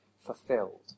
fulfilled